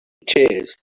cheers